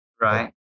Right